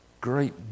great